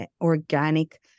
organic